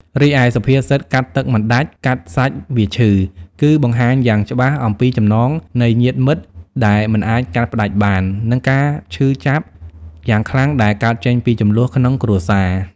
រីឯសុភាសិត កាត់ទឹកមិនដាច់ កាត់សាច់វាឈឺ គឺបង្ហាញយ៉ាងច្បាស់អំពីចំណងនៃញាតិមិត្តដែលមិនអាចកាត់ផ្តាច់បាន និងការឈឺចាប់យ៉ាងខ្លាំងដែលកើតចេញពីជម្លោះក្នុងគ្រួសារ។